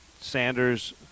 Sanders